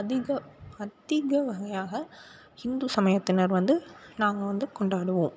அதிக அதிக வகையாக ஹிந்து சமயத்தினர் வந்து நாங்கள் வந்து கொண்டாடுவோம்